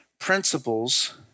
Principles